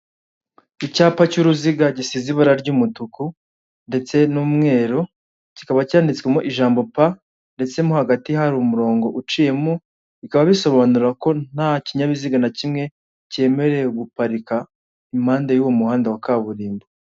Icyapa cy'uruziga gisize ibara ry'umutuku ndetse n'umweru, kikaba cyanditswemo ijambo P ndetse nko hagati hari umurongo uciyemo, bikaba bisobanura ko nta kinyabiziga na kimwe cyemerewe guparika impande y'uwo muhanda wa kaburimbo.